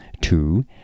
Two